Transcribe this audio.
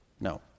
No